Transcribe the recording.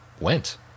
went